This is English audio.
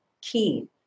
key